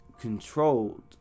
controlled